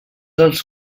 els